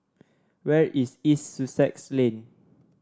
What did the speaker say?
where is East Sussex Lane